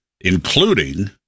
including